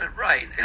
Right